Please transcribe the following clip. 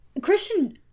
Christian